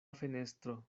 fenestro